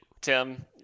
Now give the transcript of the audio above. Tim